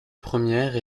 première